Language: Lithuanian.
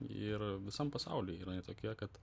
ir visam pasauly jinai tokia kad